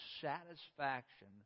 satisfaction